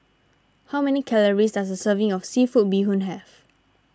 how many calories does a serving of Seafood Bee Hoon have